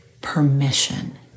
permission